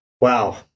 Wow